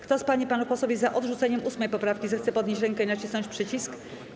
Kto z pań i panów posłów jest za odrzuceniem 8. poprawki, zechce podnieść rękę i nacisnąć przycisk.